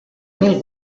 mil